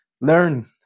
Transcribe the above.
learn